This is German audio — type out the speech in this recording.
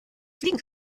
fliegen